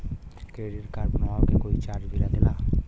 Credit card बनवावे के कोई चार्ज भी लागेला?